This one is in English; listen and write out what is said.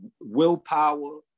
willpower